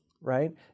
Right